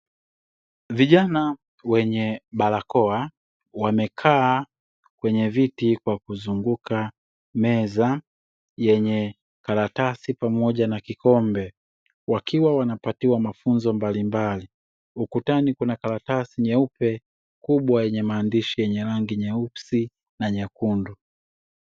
Vijana wenye barakoa wamekaa kwenye viti kwa kuzunguka meza, yenye karatasi pamoja na kikombe, wakiwa wanapatiwa mafunzo mbalimbali, ukutani kuna karatasi nyeupe kubwa yenye maandishi yenye rangi nyeusi na nyekundu.